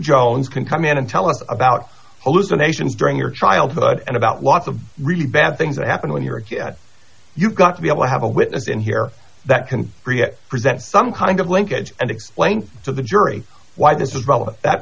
jones can come in and tell us about elucidations during your childhood and about lots of really bad things that happen when you're a jet you've got to be able to have a witness in here that can present some kind of linkage and explain so the jury why this is relevant that